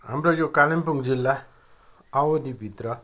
हाम्रो यो कालिम्पोङ जिल्ला अवधिभित्र